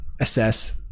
assess